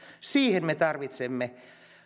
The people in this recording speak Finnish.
siihen me tarvitsemme